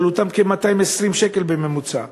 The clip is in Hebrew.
שעלותם כ-220 שקל בממוצע.